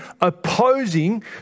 opposing